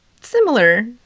Similar